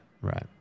right